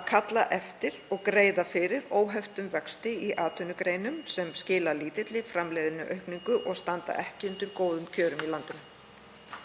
að kalla eftir og greiða fyrir óheftum vexti í atvinnugreinum sem skila lítilli framleiðniaukningu og standa ekki undir góðum kjörum í landinu.